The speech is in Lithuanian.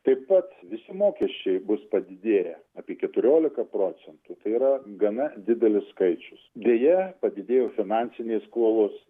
taip pat visi mokesčiai bus padidėję apie keturiolika procentų tai yra gana didelis skaičius deja padidėjo finansinės skolos